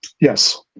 yes